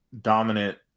dominant